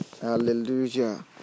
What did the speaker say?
Hallelujah